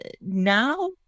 now